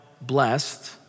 blessed